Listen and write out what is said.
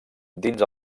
dins